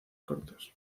cortos